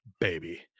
baby